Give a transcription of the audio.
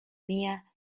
mia